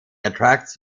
attracts